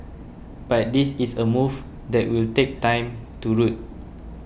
but this is a move that will take time to root